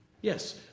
Yes